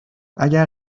اگر